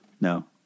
no